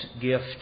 gift